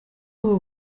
ubu